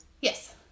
Yes